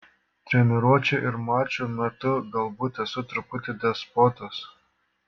treniruočių ir mačų metu galbūt esu truputį despotas